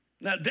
Now